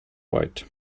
white